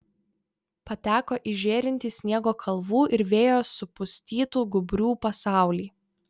pateko į žėrintį sniego kalvų ir vėjo supustytų gūbrių pasaulį